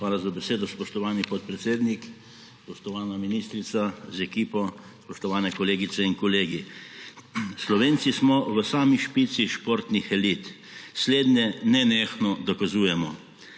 Hvala za besedo, spoštovani podpredsednik. Spoštovana ministrica z ekipo, spoštovane kolegice in kolegi! Slovenci smo v sami špici športnih elit, slednje nenehno dokazujemo.